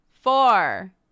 four